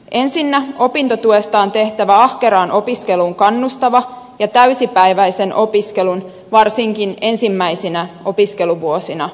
ensinnä opintotuesta on tehtävä ahkeraan opiskeluun kannustava ja täysipäiväisen opiskelun varsinkin ensimmäisinä opiskeluvuosina mahdollistava